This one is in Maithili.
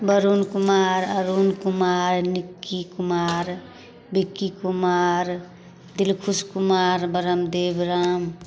बरुन कुमार अरुन कुमार निक्की कुमार बिक्की कुमार दिलखुश कुमार ब्रह्मदेव राम